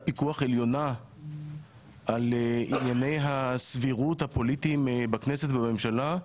פיקוח עליונה על ענייני הסבירות הפוליטיים בכנסת ובממשלה,